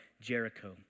Jericho